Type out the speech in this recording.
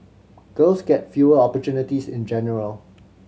girls get fewer opportunities in general